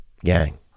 gang